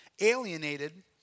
alienated